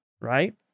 right